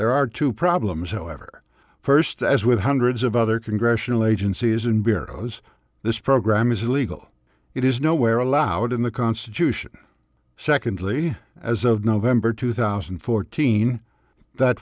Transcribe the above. there are two problems however first as with hundreds of other congressional agencies and barrios this program is legal it is nowhere allowed in the constitution secondly as of november two thousand and fourteen that